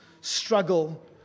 struggle